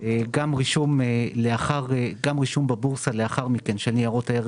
גם רישום בבורסה לאחר מכן של ניירות ערך